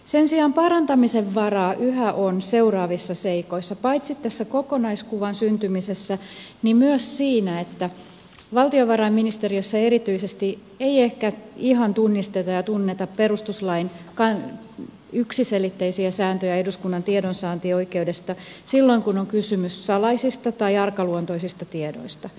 sen sijaan parantamisen varaa yhä on paitsi tässä kokonaiskuvan syntymisessä myös siinä että valtiovarainministeriössä erityisesti ei ehkä ihan tunnisteta ja tunneta perustuslain yksiselitteisiä sääntöjä eduskunnan tiedonsaantioikeudesta silloin kun on kysymys salaisista tai arkaluontoisista tiedoista